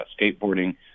skateboarding